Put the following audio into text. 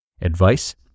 Advice